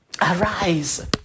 Arise